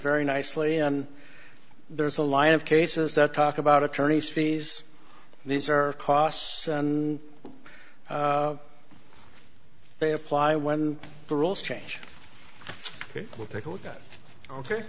very nicely and there's a line of cases that talk about attorneys fees these are costs and they apply when the rules change will take a look at ok